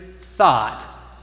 thought